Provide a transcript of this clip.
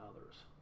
others